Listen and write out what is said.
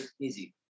easy